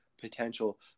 potential